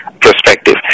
perspective